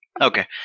Okay